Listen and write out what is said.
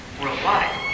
worldwide